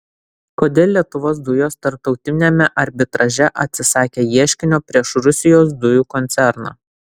kodėl lietuvos dujos tarptautiniame arbitraže atsisakė ieškinio prieš rusijos dujų koncerną